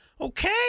Okay